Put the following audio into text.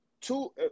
two